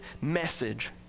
message